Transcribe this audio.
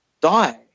die